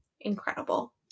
incredible